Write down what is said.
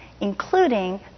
including